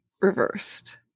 reversed